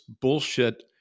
bullshit